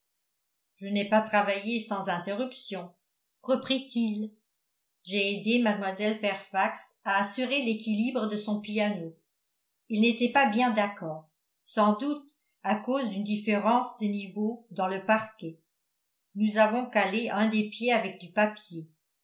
je n'ai pas travaillé sans interruption reprit-il j'ai aidé mlle fairfax à assurer l'équilibre de son piano il n'était pas bien d'accord sans doute à cause d'une différence de niveau dans le parquet nous avons calé un des pieds avec du papier